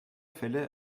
fälle